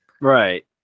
Right